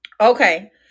okay